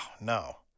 no